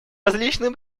различные